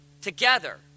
together